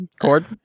cord